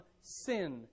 sin